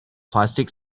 plastic